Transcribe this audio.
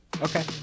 Okay